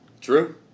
True